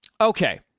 Okay